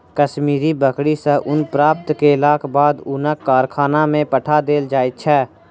कश्मीरी बकरी सॅ ऊन प्राप्त केलाक बाद ऊनक कारखाना में पठा देल जाइत छै